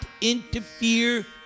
interfere